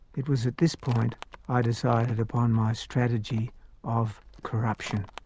it was at this point ah decided upon my strategy of corruption.